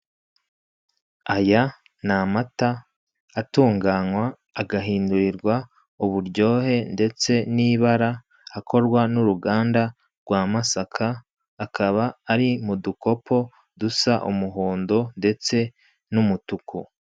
Aya ni amata atunganywa agahindurirwa uburyohe ndetse n'ibara akorwa n'uruganda rwa masaka akaba ari mu dukopo dusa umuhondo ndetse n'umutuku.